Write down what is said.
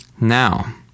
Now